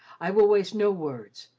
i will waste no words.